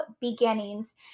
beginnings